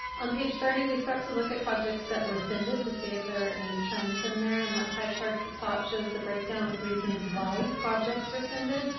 on page thirty, we start to look at projects that rescinded to see if there are any trends in there and that pie chart at the top shows the breakdown of reasons why projects rescinded.